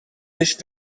nicht